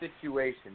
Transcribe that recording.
situation